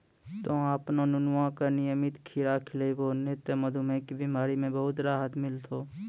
तोहॅ आपनो नुनुआ का नियमित खीरा खिलैभो नी त मधुमेह के बिमारी म बहुत राहत मिलथौं